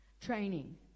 Training